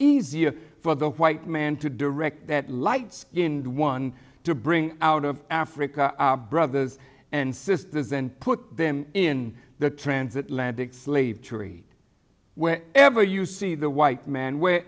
easier for the white man to direct that light skinned one to bring out of africa brothers and sisters and put them in the transatlantic slave trade when ever you see the white man where